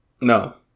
No